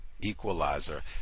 equalizer